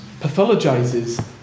pathologizes